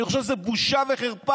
אני חושב שזו בושה וחרפה,